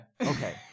Okay